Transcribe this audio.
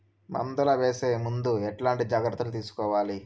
మందులు వేసే ముందు ఎట్లాంటి జాగ్రత్తలు తీసుకోవాలి?